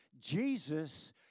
Jesus